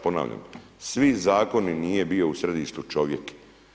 Ponavljam, svi Zakoni nije bio u središtu čovjek.